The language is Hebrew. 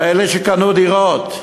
מאלה שקנו דירות.